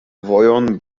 vojon